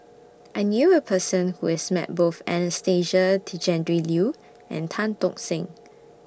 I knew A Person Who has Met Both Anastasia Tjendri Liew and Tan Tock Seng